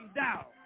down